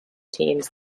teams